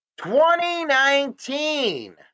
2019